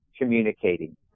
communicating